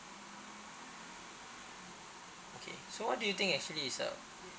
okay so what do you think actually is uh